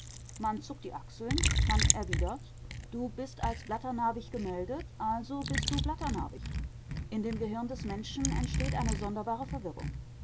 man zuckt die achseln man erwidert du bist als blatternarbig gemeldet also bist du blatternarbig in dem gehirn des menschen entsteht eine sonderbare verwirrung